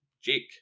Jake